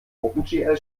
opengl